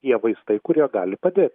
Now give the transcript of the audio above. tie vaistai kurie gali padėt